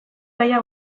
gaia